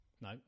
No